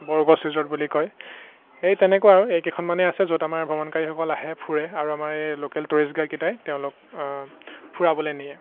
বৰগছ resort বুলি কয় এই তেনেকুৱা আৰু এই কেইখনমানেই আছে য'ত আমাৰ ভ্ৰমণকাৰীসকল আহে ফুৰে আৰু আমাৰ এই লোকেল টুৰিষ্ট গাইডকেইটাই তেওঁলোক ফুৰাবলৈ নিয়ে